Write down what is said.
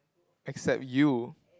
except you